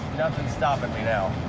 nothing's stopping me now.